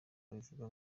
abivuga